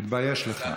תתבייש לך.